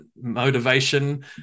motivation